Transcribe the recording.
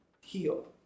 heal